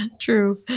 True